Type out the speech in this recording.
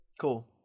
cool